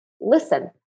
listen